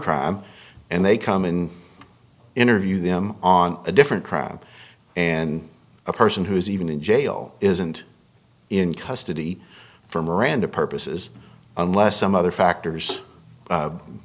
crime and they come in interview them on a different crime and a person who is even in jail isn't in custody for miranda purposes unless some other factors